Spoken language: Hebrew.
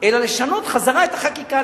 אלא לשנות חזרה את החקיקה,